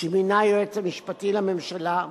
שמינה היועץ המשפטי לממשלה,